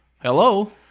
Hello